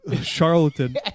charlatan